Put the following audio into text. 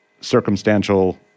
circumstantial